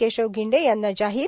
केशव गिंडे यांना जाहीर